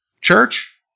church